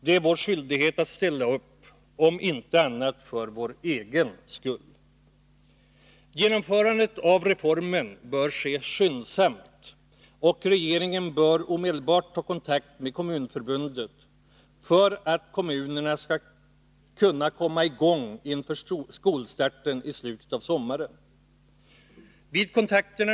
Det är vår skyldighet att ställa upp — om inte annat så för vår egen skull. Genomförandet av reformen bör ske skyndsamt, och regeringen bör omedelbart ta kontakt med Kommunförbundet, för att kommunerna skall kunna komma i gång med arbetet inför skolstarten i slutet av sommaren.